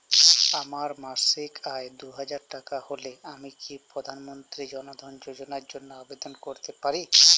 আমার মাসিক আয় দুহাজার টাকা হলে আমি কি প্রধান মন্ত্রী জন ধন যোজনার জন্য আবেদন করতে পারি?